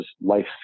life